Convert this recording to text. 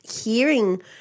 hearing